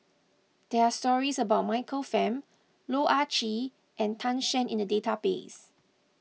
there are stories about Michael Fam Loh Ah Chee and Tan Shen in the database